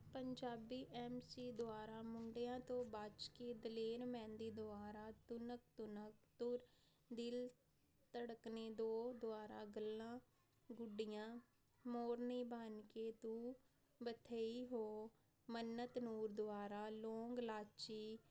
Punjabi MC ਸੀ ਦੁਆਰਾ ਮੁੰਡਿਆਂ ਤੋਂ ਬਚ ਕੇ ਦਲੇਰ ਮਹਿੰਦੀ ਦੁਆਰਾ ਤੁਨਕ ਤੁਨਕ ਤੁਰ ਦਿਲ ਧੜਕਣੇ ਦੋ ਦੁਆਰਾ ਗੱਲਾਂ ਗੁੱਡੀਆਂ ਮੋਰਨੀ ਬਣ ਕੇ ਤੂੰ ਬਥਈ ਹੋ ਮੰਨਤ ਨੂਰ ਦੁਆਰਾ ਲੋਗ ਲਾਚੀ